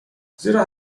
زیرا